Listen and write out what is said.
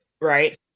right